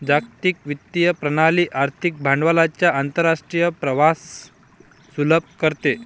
जागतिक वित्तीय प्रणाली आर्थिक भांडवलाच्या आंतरराष्ट्रीय प्रवाहास सुलभ करते